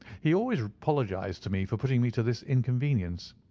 he always apologized to me for putting me to this inconvenience.